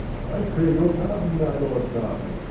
i crave your pardon, my lord cardinal,